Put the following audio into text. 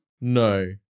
No